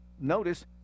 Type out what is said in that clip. Notice